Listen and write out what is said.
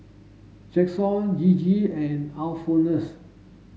Jaxon Gigi and Alphonsus